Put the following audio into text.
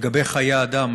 לגבי חיי אדם.